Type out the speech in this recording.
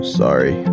sorry